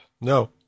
No